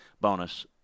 bonus